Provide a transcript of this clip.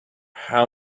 how